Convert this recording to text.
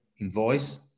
invoice